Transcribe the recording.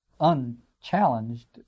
unchallenged